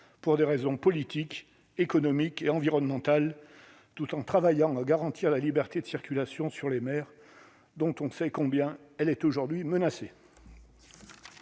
pour des raisons politiques, économiques et environnementales, tout en travaillant à garantir la liberté de circulation sur les mères dont on sait combien elle est aujourd'hui menacée.